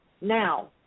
Now